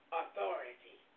authority